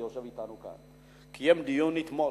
שיושב אתנו כאן, קיים אתמול